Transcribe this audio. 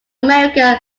american